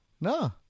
No